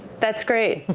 that's great.